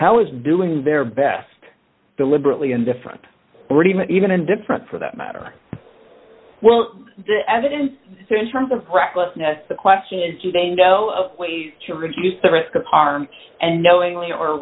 how it's doing their best deliberately indifferent even indifferent for that matter well the evidence in terms of recklessness the question is do they know of ways to reduce the risk of harm and knowingly or